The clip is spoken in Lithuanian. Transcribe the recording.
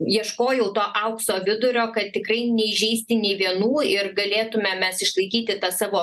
ieškojau to aukso vidurio kad tikrai neįžeisti nei vienų ir galėtume mes išlaikyti tą savo